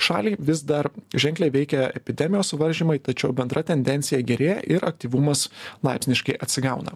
šaliai vis dar ženkliai veikia epidemijos suvaržymai tačiau bendra tendencija gerėja ir aktyvumas laipsniškai atsigauna